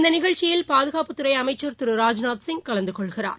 இந்த நிகழ்ச்சியில் பாதுகாப்புத்துறை அமைச்சர் திரு ராஜ்நாத் சிங் கலந்துகொள்கிறார்